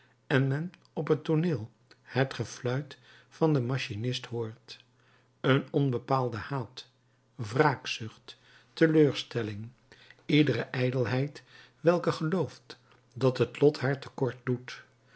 en men op het tooneel het gefluit van den machinist hoort een onbepaalde haat wraakzucht teleurstelling iedere ijdelheid welke gelooft dat het lot haar te kort doet